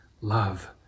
love